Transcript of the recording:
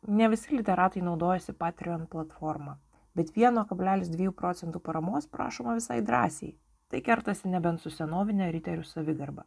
ne visi literatai naudojasi patrion platforma bet vieno kablelis dviejų procentų paramos prašoma visai drąsiai tai kertasi nebent su senovine riterių savigarba